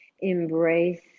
Embrace